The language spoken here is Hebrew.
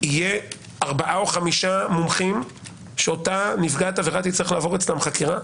שיהיו 5-4 מומחים שהנתבעת תצטרך לעבור אצלם חקירה?